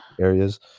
areas